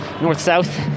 north-south